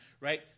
right